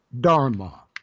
dharma